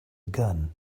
gun